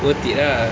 worth it ah